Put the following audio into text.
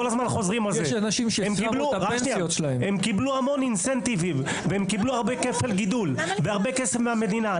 הם קבלו המון תמריצים והם קבלו הרבה כפל גידול והרבה כסף מהמדינה.